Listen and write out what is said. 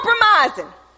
compromising